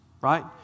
Right